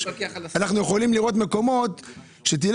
קח את נוף הגליל לצורך דוגמה: אנחנו יכולים לראות שיש בה